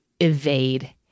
evade